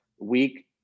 weak